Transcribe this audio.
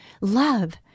love